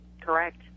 Correct